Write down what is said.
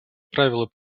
правил